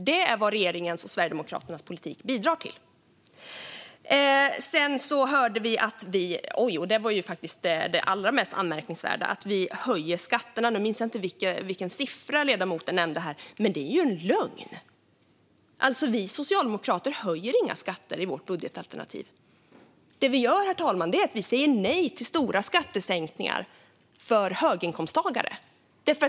Det är vad regeringens och Sverigedemokraternas politik bidrar till. Det mest anmärkningsvärda vi fick höra var dock att vi höjer skatterna. Nu minns jag inte vilken siffra ledamoten nämnde här, men detta är en lögn! Vi socialdemokrater höjer inga skatter i vårt budgetalternativ. Det vi gör är att vi säger nej till stora skattesänkningar för höginkomsttagare.